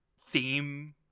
theme